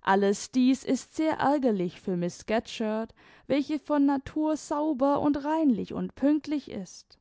alles dies ist sehr ärgerlich für miß scatcherd welche von natur sauber und reinlich und pünktlich ist